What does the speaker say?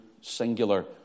singular